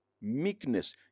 Meekness